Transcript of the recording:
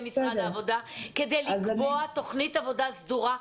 משרד העבודה כדי לקבוע תכנית עבודה סדורה.